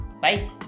Bye